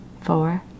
four